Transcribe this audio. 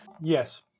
Yes